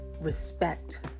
respect